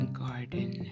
garden